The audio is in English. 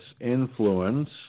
influence